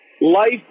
Life